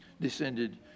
descended